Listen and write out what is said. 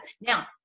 now